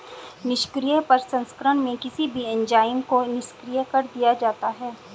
निष्क्रिय प्रसंस्करण में किसी भी एंजाइम को निष्क्रिय कर दिया जाता है